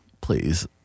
Please